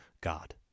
God